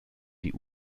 die